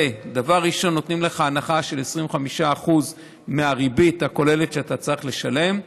ודבר ראשון נותנים לך הנחה של 25% מהריבית הכוללת שאתה צריך לשלם.